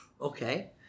Okay